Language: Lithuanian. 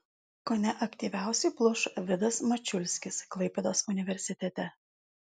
kone aktyviausiai pluša vidas mačiulskis klaipėdos universitete